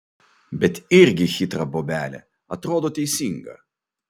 bet irgi chitra bobelė atrodo teisinga